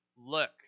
Look